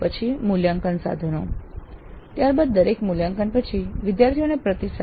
પછી મૂલ્યાંકન સાધનો ત્યાર બાદ દરેક મૂલ્યાંકન પછી વિદ્યાર્થીઓને પ્રતિસાદ